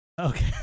Okay